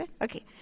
okay